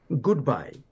goodbye